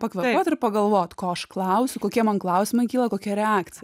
pakvėpuot ir pagalvot ko aš klausiu kokie man klausimai kyla kokia reakcija